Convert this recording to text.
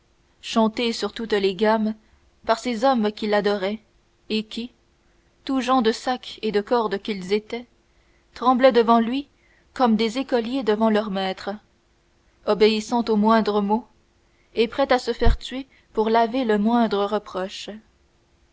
chanté sur toutes les gammes par ces hommes qui l'adoraient et qui tout gens de sac et de corde qu'ils étaient tremblaient devant lui comme des écoliers devant leur maître obéissant au moindre mot et prêts à se faire tuer pour laver le moindre reproche